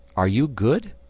are you good?